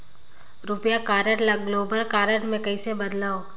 रुपिया कारड ल global card मे कइसे बदलव?